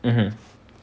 mmhmm